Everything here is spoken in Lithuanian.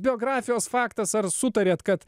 biografijos faktas ar sutarėt kad